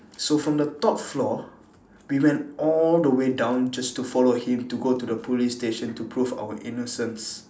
so from the top floor we went all the way down just to follow him to go to the police station to prove our innocence